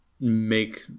make